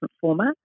format